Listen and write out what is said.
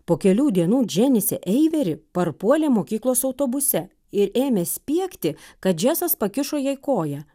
po kelių dienų dženisė eiveri parpuolė mokyklos autobuse ir ėmė spiegti kad džesas pakišo jai koją